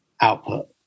output